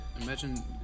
Imagine